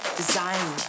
design